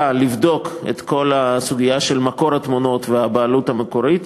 לבדוק את כל הסוגיה של מקור התמונות והבעלות המקורית.